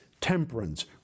temperance